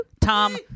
Tom